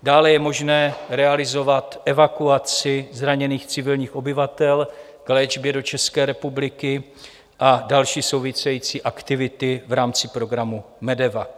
Dále je možné realizovat evakuaci zraněných civilních obyvatel k léčbě do České republiky a další související aktivity v rámci programu MEDEVAC.